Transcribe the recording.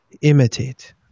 imitate